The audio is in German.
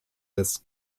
des